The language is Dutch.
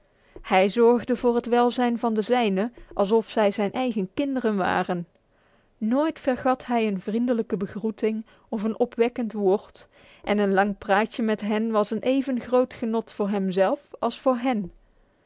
hij zorgde voor het welzijn van de zij ne alsof zij zijn eigen kinderen waren nooit vergat hij een vriendelijke begroeting of een opwekkend woord en een lang praatje met hen was een even groot genot voor hem zelf als voor hen